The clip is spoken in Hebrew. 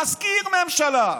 מזכיר ממשלה.